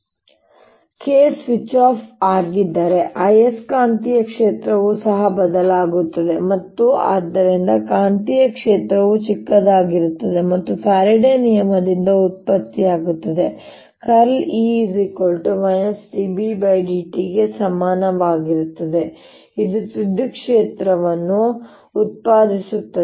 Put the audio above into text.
K switch off ಆಗಿದ್ದರೆ ಆಯಸ್ಕಾಂತೀಯ ಕ್ಷೇತ್ರವು ಸಹ ಬದಲಾಗುತ್ತದೆ ಮತ್ತು ಆದ್ದರಿಂದ ಕಾಂತೀಯ ಕ್ಷೇತ್ರವು ಚಿಕ್ಕದಾಗುತ್ತಿದೆ ಮತ್ತು ಇದು ಫ್ಯಾರಡೆಸ್Faradays ನಿಯಮದಿಂದ ಉತ್ಪತ್ತಿಯಾಗುತ್ತದೆ ▽× E dBdt ಗೆ ಸಮನಾಗಿರುತ್ತದೆ ಇದು ವಿದ್ಯುತ್ ಕ್ಷೇತ್ರವನ್ನು ಉತ್ಪಾದಿಸುತ್ತದೆ